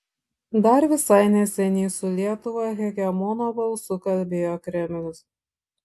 dar visai neseniai su lietuva hegemono balsu kalbėjo kremlius